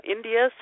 India